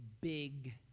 big